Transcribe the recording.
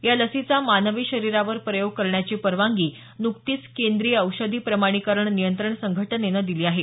या लसीचा मानवी शरीरावर प्रयोग करण्याची परवानगी नुकतीच केंद्रीय औषधी प्रमाणीकरण नियंत्रण संघटनेनं दिली आहे